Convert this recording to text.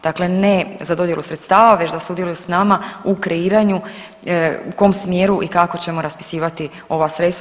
Dakle, ne za dodjelu sredstava već da sudjeluju sa nama u kreiranju u kom smjeru i kako ćemo raspisivati ova sredstva.